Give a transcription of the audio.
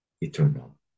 eternal